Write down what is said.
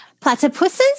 Platypuses